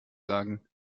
sagen